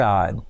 God